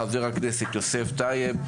חבר הכנסת יוסף טייב,